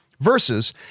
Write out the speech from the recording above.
versus